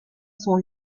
sont